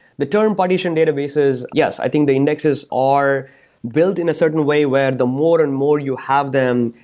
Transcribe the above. the turn partition databases, yes, i think the indexes are built in a certain way where the more and more you have them,